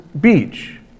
beach